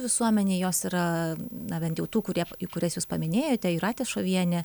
visuomenei jos yra na bent jau tų kurie kurias jūs paminėjote jūratė šovienė